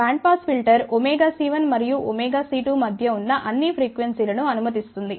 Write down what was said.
band pass filter c1 మరియు c2 మధ్య ఉన్న అన్ని ప్రీక్వెన్సీలను అనుమతిస్తుంది